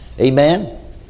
Amen